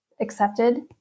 accepted